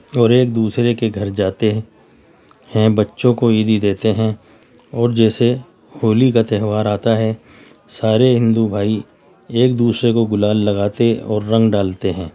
اور ایک دوسرے کے گھر جاتے ہیں بچوں کو عیدی دیتے ہیں اور جیسے ہولی کا تہوار آتا ہے سارے ہندو بھائی ایک دوسرے کو گلال لگاتے اور رنگ ڈالتے ہیں